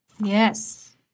Yes